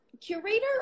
curator